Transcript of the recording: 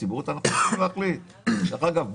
ציבורית אנחנו צריכים להחליט דרך אגב,